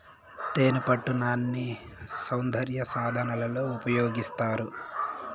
తేనెపట్టు నాన్ని సౌందర్య సాధనాలలో ఉపయోగిస్తారు